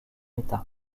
état